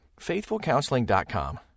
FaithfulCounseling.com